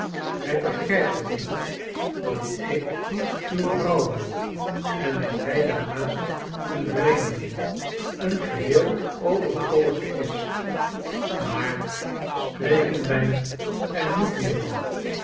hij begrijpt het niet dat ik uw vrouw ben en dat hij daarnaast een vreemdeling een geheel overtollige is maar spreken wij er niet meer van